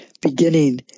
beginning